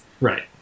Right